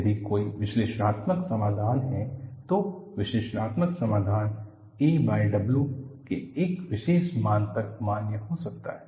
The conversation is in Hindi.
यदि कोई विश्लेषणात्मक समाधान है तो विश्लेषणात्मक समाधान aW के एक विशेष मान तक मान्य हो सकता है